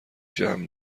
جمع